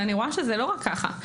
ואני רואה שזה לא רק ככה.